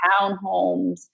townhomes